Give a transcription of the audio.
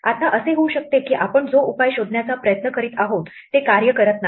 आता असे होऊ शकते की आपण जो उपाय शोधण्याचा प्रयत्न करीत आहोत ते कार्य करत नाही